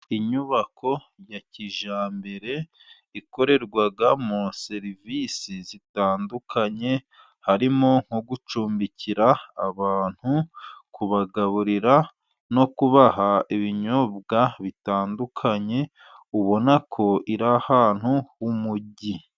Inyubako ya kijyambere, ikorerwamo serivisi zitandukanye, harimo nko gucumbikira abantu, kubagaburira, no kubaha ibinyobwa bitandukanye, ubona ko iri ahantu h'umujyi.